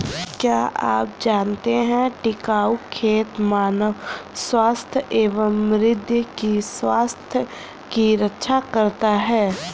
क्या आप जानते है टिकाऊ खेती मानव स्वास्थ्य एवं मृदा की स्वास्थ्य की रक्षा करता हैं?